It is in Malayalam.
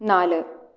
നാല്